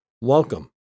welcome